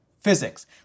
physics